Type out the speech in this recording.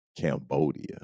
Cambodia